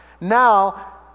Now